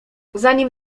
zanim